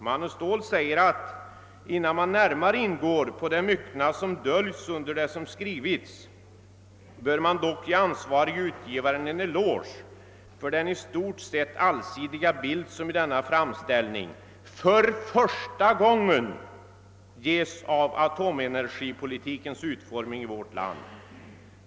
Manne Ståhl skriver: »Innan man närmare ingår på det myckna som döljes under det som skrivits bör man dock ge ansvarige utgivaren en eloge för den i stort sett allsidiga bild som i denna framställning för första gången ges av atomenergipolitikens utformning i vårt land.